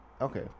Okay